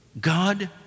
God